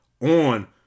on